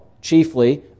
chiefly